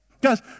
Guys